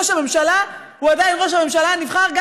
ראש הממשלה הוא עדיין ראש הממשלה הנבחר.